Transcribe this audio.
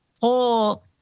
whole